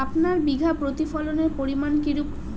আপনার বিঘা প্রতি ফলনের পরিমান কীরূপ?